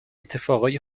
اتفاقای